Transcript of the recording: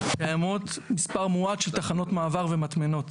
קיימות מספר מועט של תחנות מעבר ומטמנות.